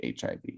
HIV